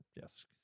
Yes